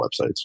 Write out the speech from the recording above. websites